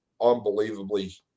unbelievably